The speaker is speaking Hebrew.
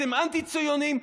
אתם אנטי-ציונים.